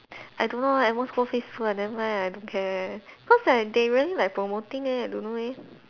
I don't know ah at most go Facebook ah never mind ah I don't care cause like they really like promoting eh I don't know leh